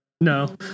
no